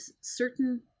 certain